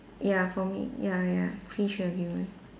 ya for me ya ya free trade agreement